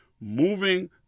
moving